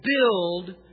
build